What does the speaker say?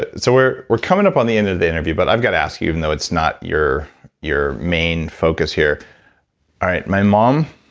ah so we're we're coming up on the end of the interview, but i've got to ask you, even though it's not your your main focus here all right, my mom,